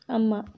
ꯑꯃ